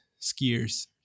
skiers